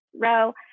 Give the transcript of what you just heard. row